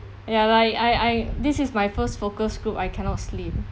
ya like I I this is my first focus group I cannot sleep